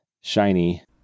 shiny